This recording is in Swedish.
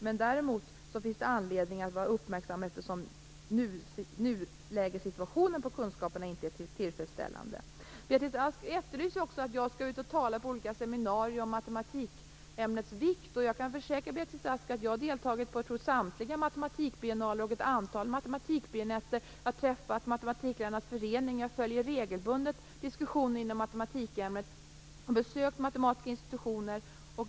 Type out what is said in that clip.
Men det finns däremot anledning att vara uppmärksam eftersom nuläget i fråga om kunskaperna inte är tillfredsställande. Beatrice Ask efterlyser också att jag skall ut och tala på olika seminarier om matematikämnets vikt. Jag kan försäkra Beatrice Ask att jag tror att jag har deltagit i samtliga matematikbiennaler och i ett antal matematikbiennetter. Jag har träffat Matematiklärarnas förening, jag följer regelbundet diskussioner inom matematikämnet, och jag har besökt matematiska institutioner.